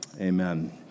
Amen